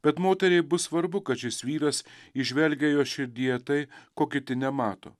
bet moteriai bus svarbu kad šis vyras įžvelgia jo širdyje tai ko kiti nemato